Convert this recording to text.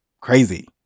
crazy